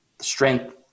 strength